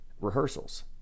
rehearsals